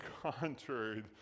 contrary